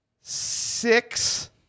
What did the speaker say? six